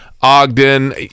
Ogden